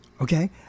okay